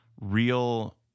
real